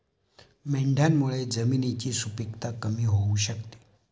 मेंढ्यांमुळे जमिनीची सुपीकता कमी होऊ शकते